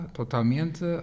totalmente